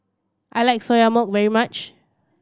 I like Soya Milk very much